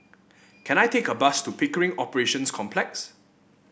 can I take a bus to Pickering Operations Complex